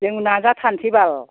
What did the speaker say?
जों नाजाथारनोसै बाल